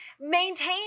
maintain